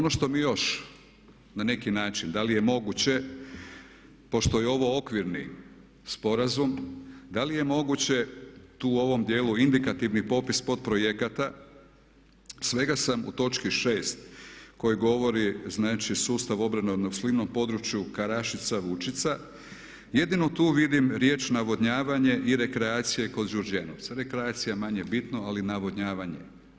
Naime, ono što mi još na neki način, da li je moguće pošto je ovo okvirni sporazum, da li je moguće tu u ovom djelu indikativni popis potprojekata svega sam u točki 6. koja govori, znači sustav obrane na slivnom području Karašica, Vučica, jedino tu vidim riječ navodnjavanje i rekreacije kod Đurđenovca, rekreacija manje bitno ali navodnjavanje.